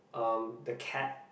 um the cat